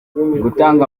gutanga